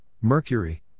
Mercury